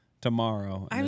tomorrow